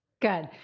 Good